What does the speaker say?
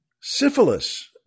syphilis